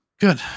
good